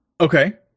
okay